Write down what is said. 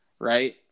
Right